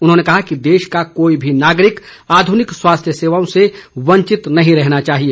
उन्होंने कहा कि देश का कोई भी नागरिक आधुनिक स्वास्थ्य सेवाओं से वंचित नहीं रहना चाहिए